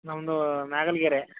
ನಮ್ದು ನಾಗನಗೆರೆ